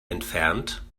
entfernt